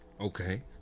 Okay